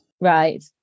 right